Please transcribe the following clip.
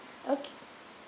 okay